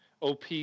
OP